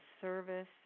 service